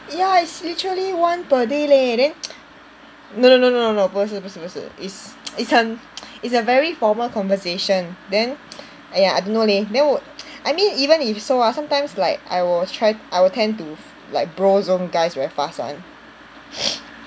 ya it's literally one per day leh then no no no no no 不是不是不是 is is 很 is 很 very formal conversation then !aiya! I don't know leh then 我 I mean even if so ah sometimes like I will try I will tend to like bro zone guys very fast [one]